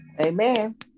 Amen